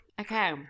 Okay